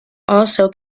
also